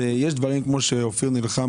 בזמנו אופיר נלחם